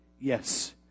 Yes